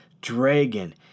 dragon